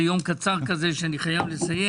זה יום קצר כזה שאני חייב לסיים.